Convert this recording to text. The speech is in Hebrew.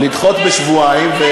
לדחות בשבועיים.